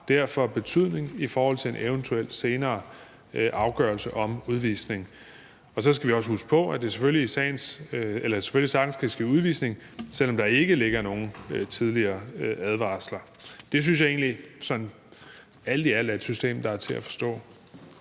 derfor betydning i forhold til en eventuel senere afgørelse om udvisning. Og så skal vi også huske på, at der selvfølgelig sagtens kan ske udvisning, selv om der ikke ligger nogen tidligere advarsler. Det synes jeg egentlig sådan alt i alt er et system, der er til at forstå.